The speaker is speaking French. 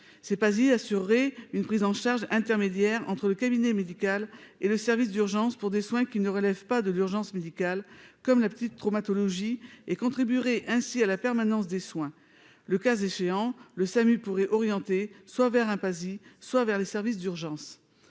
c'est pas assurer une prise en charge, intermédiaire entre le cabinet médical et le service d'urgences pour des soins qui ne relèvent pas de l'urgence médicale comme la petite traumatologie et contribuerait ainsi à la permanence des soins, le cas échéant le SAMU pour orienter soit vers un Pasi, soit vers les services d'urgence